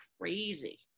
crazy